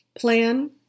Plan